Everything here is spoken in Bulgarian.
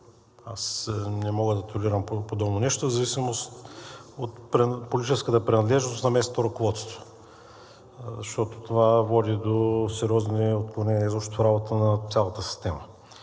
аз не мога да толерирам подобно нещо, в зависимост от политическата принадлежност на местното ръководство, защото това води до сериозни отклонения изобщо в работата на цялата система.